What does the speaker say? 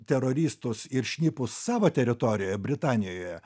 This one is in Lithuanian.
teroristus ir šnipus savo teritorijoje britanijoje